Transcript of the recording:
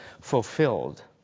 fulfilled